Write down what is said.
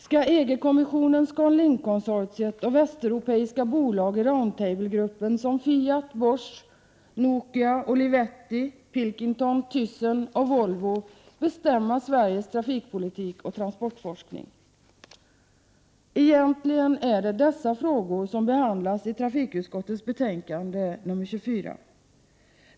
Skall EG-kommissionen, ScanLink-konsortiet och västeuropeiska bolag i Round table-gruppen som Fiat, Bosch, Nokia, Olivetti, Pilkington, Thyssen och Volvo bestämma Sveriges trafikpolitik och transportforskning? Egentligen är det dessa frågor som behandlas i trafikutskottets betänkande 24.